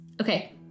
Okay